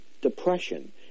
depression